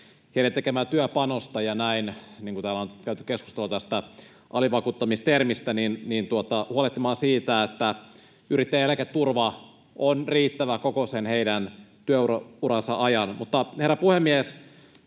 heidän tekemäänsä työpanosta ja, niin kuin täällä on käyty keskustelua tästä alivakuuttamis-termistä, huolehtia siitä, että yrittäjien eläketurva on riittävä koko sen heidän työuransa ajan. Herra puhemies!